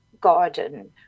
garden